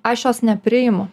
aš jos nepriimu